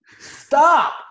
Stop